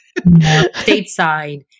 stateside